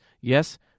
Yes